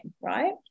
right